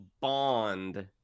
bond